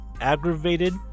aggravated